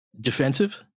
defensive